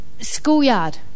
schoolyard